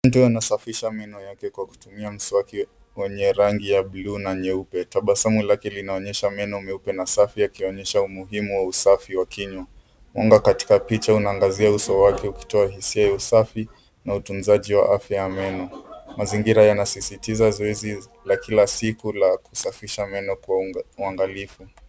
Mtu anasafisha meno yake kwa kutumia mswaki wenye rangi ya bluu na nyeupe. Tabasamu lake linaonyesha meno safi na nyeupe yakionyesha umuhimu wa usafi wa kinywa. Mwanga katika picha unaangazia uso wake ukitoa hisia ya usafi na utunzaji wa afya ya meno. Mazingira yanasisitiza zoezi la kila siku la kusafisha meno kwa uangalifu.